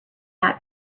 out